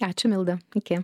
ačiū milda iki